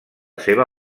seva